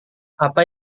apa